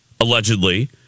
allegedly